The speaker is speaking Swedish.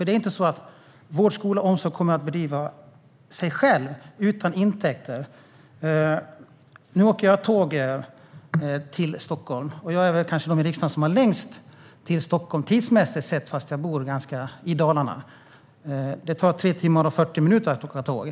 Det är inte så att vård, skola och omsorg kommer att bedriva sig själva utan intäkter. Jag åker tåg till Stockholm, och jag är kanske den i riksdagen som har längst till Stockholm, tidsmässigt sett, fastän jag bor i Dalarna. Det tar 3 timmar och 40 minuter att åka tåg.